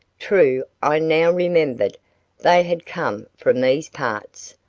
true i now remembered they had come from these parts,